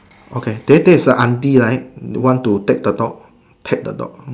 okay then there is a auntie right want to take the dog pat the dog